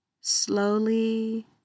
slowly